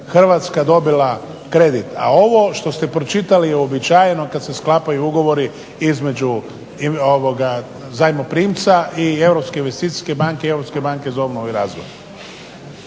Hrvatska dobila kredit, a ovo što ste pročitali je uobičajeno kad se sklapaju ugovori između zajmoprimca i Europske investicijske banke i Europske banke za obnovu i razvoj.